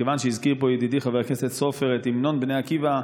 מכיוון שהזכיר פה ידידי חבר הכנסת סופר את המנון בני עקיבא,